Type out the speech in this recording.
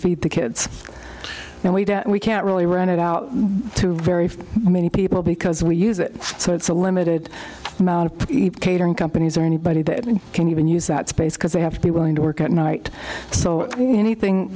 feed the kids now we don't we can't really run it out to very many people because we use it so it's a limited amount of catering companies or anybody that can even use that space because they have to be willing to work at night so anything